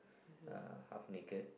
uh half naked